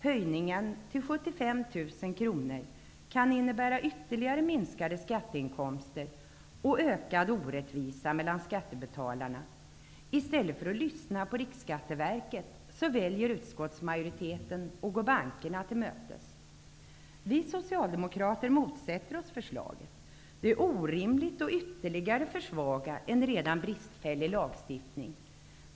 Höjningen till 75 000 kr kan innebära ytterligare minskade skatteinkomster och ökad orättvisa mellan skattebetalarna. I stället för att lyssna på Riksskatteverket väljer utskottsmajoriteten att gå bankerna till mötes. Vi socialdemokrater motsätter oss förslaget. Det är orimligt att ytterligare försvaga en redan bristfällig lagstiftning.